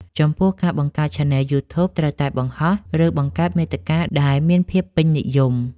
ចំពោះ ការបង្កើតឆានែលយូធូបត្រូវតែបង្ហោះ ឬបង្កើតមាតិកាដែលមានភាពពេញនិយម។